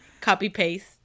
copy-paste